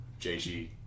JG